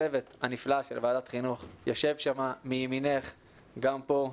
הצוות הנפלא של ועדת החינוך יושב שם מימינך גם פה,